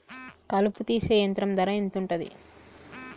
కలుపు తీసే యంత్రం ధర ఎంతుటది?